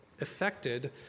affected